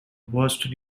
worst